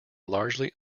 largely